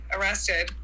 arrested